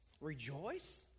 Rejoice